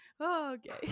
Okay